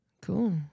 Cool